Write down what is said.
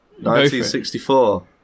1964